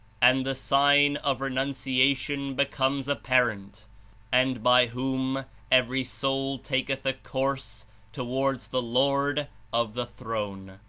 and the sign of renunciation becomes apparent and by whom every soul taketh a course towards the lord of the throne.